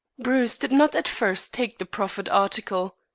bruce did not at first take the proffered article.